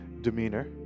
demeanor